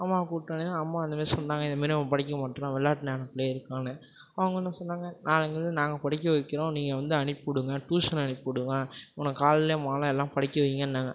அம்மாவை கூப்பிட்டவொன்னே அம்மா இந்த மாரி சொன்னாங்க இதே மாரி அவன் படிக்கமாட்டுறான் விளாட்டு நினப்புலையே இருக்குறான்னு அவங்க என்ன சொன்னாங்க நாளையிலந்து நாங்கள் படிக்க வைக்கிறோம் நீங்கள் வந்து அனுப்பிவிடுங்க டியூசன் அனுப்பிவிடுங்க உனக்கு காலைல மாலைலாம் படிக்க வைங்கன்னாங்க